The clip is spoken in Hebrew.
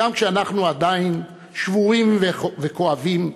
גם כשאנחנו עדיין שבורים וכואבים,